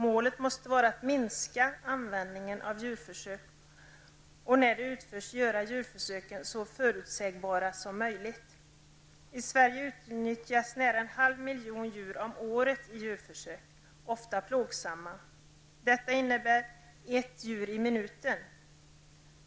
Målet måste vara att minska användningen av djurförsök och att när de utförs göra dem så förutsägbara som möjligt. I Sverige utnyttjas nära en halv miljon djur om året i djurförsök, ofta plågsamma. Det innebär ett djur i minuten.